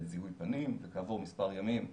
ורועי גולדשמידט גם הזכיר